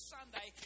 Sunday